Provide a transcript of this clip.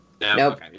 Nope